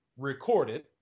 recorded